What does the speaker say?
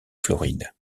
floride